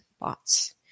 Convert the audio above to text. bots